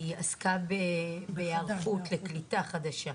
היא עסקה בהיערכות לקליטה חדשה.